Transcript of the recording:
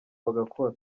bagakora